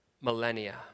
millennia